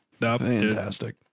Fantastic